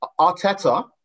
Arteta